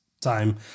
time